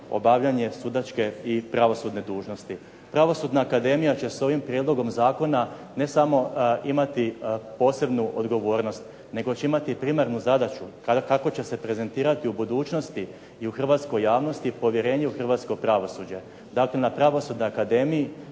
obavljanje sudačke i pravosudne dužnosti. Pravosudna akademija će s ovim prijedlogom zakona ne samo imati posebnu odgovornost nego će imati primarnu zadaću kako će se prezentirati u budućnosti i u hrvatskoj javnosti povjerenje u hrvatsko pravosuđe. Dakle, na Pravosudnoj akademiji,